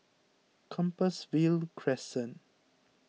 Compassvale Crescent